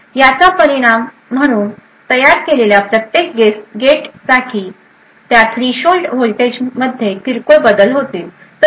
याचा परिणाम म्हणून तयार केलेल्या प्रत्येक गेटसाठी त्या थ्रेशोल्ड व्होल्टेजमध्ये किरकोळ बदल होतील